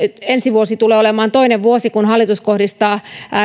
ensi vuosi tulee olemaan toinen vuosi kun hallitus kohdistaa